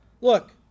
Look